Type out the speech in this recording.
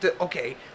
okay